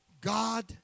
God